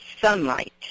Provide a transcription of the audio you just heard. sunlight